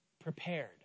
prepared